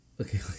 Okay